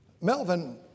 Melvin